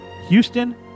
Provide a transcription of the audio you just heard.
Houston